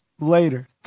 later